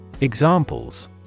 Examples